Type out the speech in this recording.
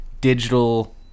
digital